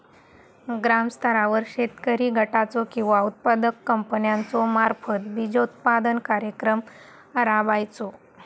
ग्रामस्तरावर शेतकरी गटाचो किंवा उत्पादक कंपन्याचो मार्फत बिजोत्पादन कार्यक्रम राबायचो?